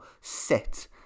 sit